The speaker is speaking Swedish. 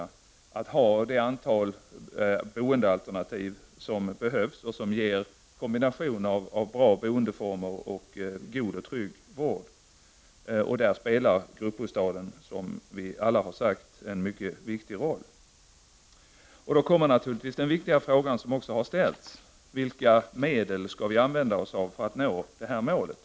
Vi måste ha det antal boendealternativ som behövs och som ger kombinationen av bra boendeformer och god och trygg vård. Gruppbostäder, som vi alla har nämnt, spelar här en mycket stor roll. I det här sammanhanget uppstår naturligtvis den viktiga fråga som redan har ställts. Vilka medel skall vi använda oss av för att nå målet?